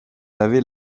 laver